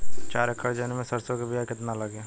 चार एकड़ जमीन में सरसों के बीया कितना लागी?